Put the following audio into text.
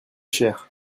cher